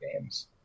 games